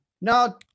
No